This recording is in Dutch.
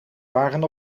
waren